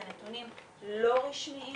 אלה נתונים לא רשמיים,